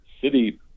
city